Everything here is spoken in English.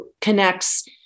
connects